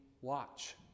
watch